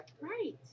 Right